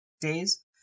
days